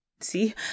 see